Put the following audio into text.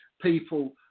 people